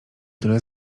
tyle